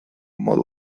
modu